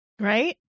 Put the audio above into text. Right